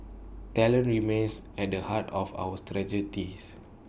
talent remains at the heart of our strategies